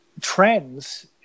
trends